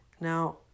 Now